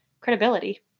credibility